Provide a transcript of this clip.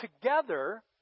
together